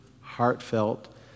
heartfelt